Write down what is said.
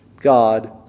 god